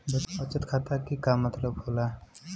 बचत खाता के का मतलब होला?